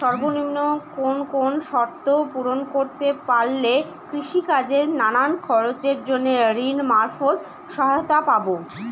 সর্বনিম্ন কোন কোন শর্ত পূরণ করতে পারলে কৃষিকাজের নানান খরচের জন্য ঋণ মারফত সহায়তা পাব?